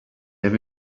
have